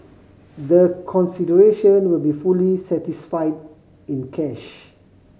the consideration will be fully satisfied in cash